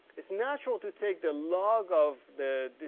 it's natural to take the log of the